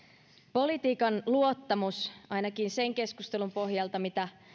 politiikan luottamus ainakin sen keskustelun pohjalta mitä